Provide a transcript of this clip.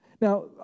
now